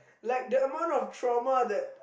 like the amount of trauma that